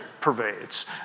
pervades